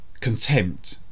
contempt